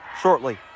shortly